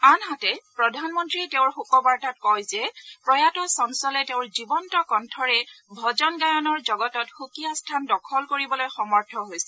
আনহাতে প্ৰধানমন্ত্ৰীয়ে তেওঁৰ শোকবাৰ্তাত কয় যে প্ৰয়াত চঞ্চলে তেওঁৰ জীৱন্ত কঠেৰে ভজন গায়নৰ জগতত সুকীয়া স্থান দখল কৰিবলৈ সমৰ্থ হৈছিল